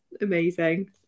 Amazing